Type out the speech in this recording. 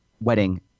wedding